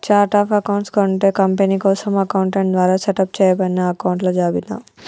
chart of accounts అంటే company కోసం accountant ద్వారా సెటప్ చేయబడిన అకొంట్ల జాబితా